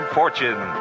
fortune